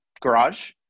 garage